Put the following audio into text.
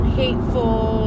hateful